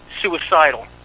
suicidal